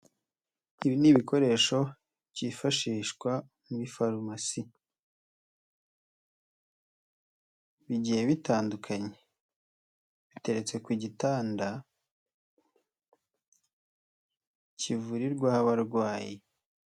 Ibi ni ibikoresho byifashishwa muri farumasi, bigiye bitandukanye, biteretse ku gitanda kivurirwaho abarwayi.